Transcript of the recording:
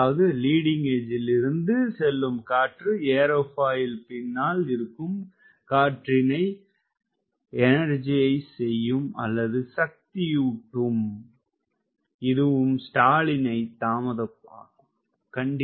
அதாவது லீடிங்க் எட்ஜில் இருந்து செல்லும் காற்று ஏரோபாயில் பின்னால் இருக்கும் காற்றினை எனெர்ஜைஸ் செய்யும் அல்லது சக்தியூட்டும் இதுவும் ஸ்டாலினை தாமதமாக்கும்